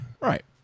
Right